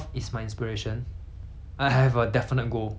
so I know I can craft myself to be like that